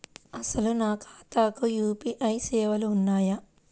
అసలు నా ఖాతాకు యూ.పీ.ఐ సేవలు ఉన్నాయా?